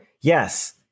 yes